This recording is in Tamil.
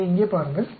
எனவே இங்கே பாருங்கள்